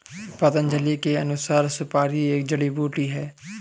पतंजलि के अनुसार, सुपारी एक जड़ी बूटी है